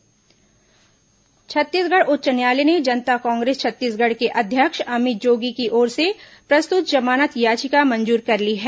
अमित जोगी जमानत छत्तीसगढ़ उच्च न्यायालय ने जनता कांग्रेस छत्तीसगढ़ के अध्यक्ष अमित जोगी की ओर से प्रस्तुत जमानत याचिका मंजूर कर ली है